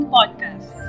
Podcast